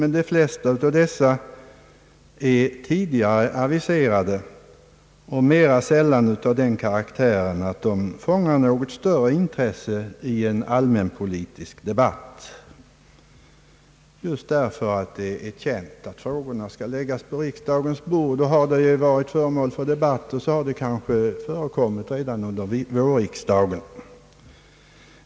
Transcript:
Men de flesta av dessa är tidigare aviserade, och de är mera sällan av den karaktären att de fångar något större intresse i en allmänpolitisk debatt, just därför att det varit känt att förslagen skall läggas på riksdagens bord. Har de varit föremål för debatter, har de kanske berörts redan under vårriksdagen.